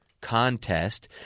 contest